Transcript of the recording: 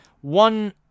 one